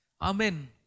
Amen